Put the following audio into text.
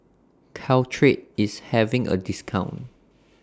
Caltrate IS having A discount